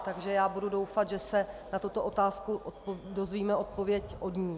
Takže budu doufat, že se na tuto otázku dozvíme odpověď od ní.